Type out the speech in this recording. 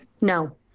No